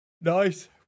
Nice